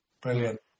Brilliant